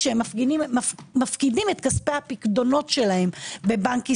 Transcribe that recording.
כשהם מפקידים את כספי הפיקדונות שלהם בבנק ישראל,